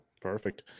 Perfect